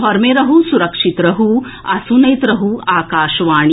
घर मे रहू सुरक्षित रहू आ सुनैत रहू आकाशवाणी